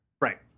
Right